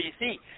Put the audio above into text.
BC